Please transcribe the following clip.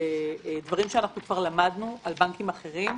הדברים שכבר למדנו על בנקים אחרים.